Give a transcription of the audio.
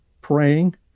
praying